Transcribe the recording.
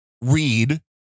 read